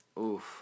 oof